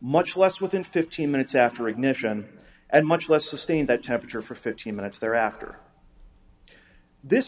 much less within fifteen minutes after ignition and much less sustain that temperature for fifteen minutes thereafter this